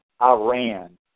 Iran